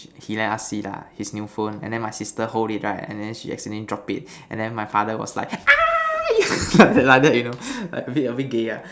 he let us see lah his new phone and then my sister hold it right and then she accidentally drop it and then my father was like ah like that you know like like a bit gay lah